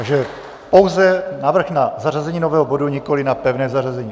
Takže pouze návrh na zařazení nového bodu, nikoliv na pevné zařazení.